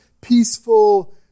peaceful